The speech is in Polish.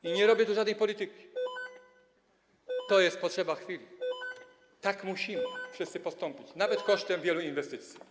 I nie robię tu żadnej polityki, to jest potrzeba chwili, tak musimy wszyscy postąpić, nawet kosztem wielu inwestycji.